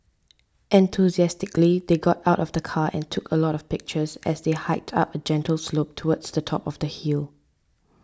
enthusiastically they got out of the car and took a lot of pictures as they hiked up a gentle slope towards the top of the hill